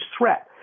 threat